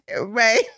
Right